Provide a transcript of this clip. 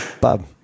Bob